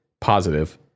positive